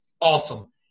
awesome